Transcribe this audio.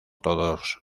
todos